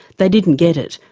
they didn't get it.